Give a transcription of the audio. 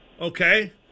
Okay